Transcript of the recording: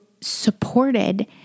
Supported